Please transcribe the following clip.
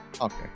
Okay